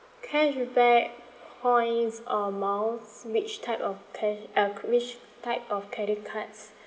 cashback points or miles which type of ca~ uh which type of credit cards